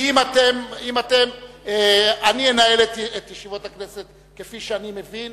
אני אנהל את ישיבות הכנסת כפי שאני מבין,